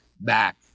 back